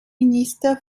minister